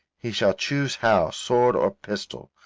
he shall choose how, sword or pistol,